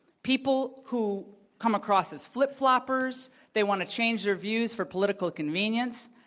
people who come across as flip-floppers. they want to change their views for political convenience.